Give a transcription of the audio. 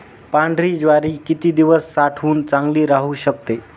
पांढरी ज्वारी किती दिवस साठवून चांगली राहू शकते?